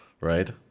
right